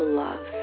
love